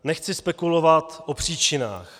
Nechci spekulovat o příčinách.